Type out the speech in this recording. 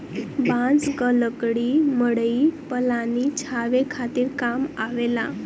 बांस क लकड़ी मड़ई पलानी छावे खातिर काम आवेला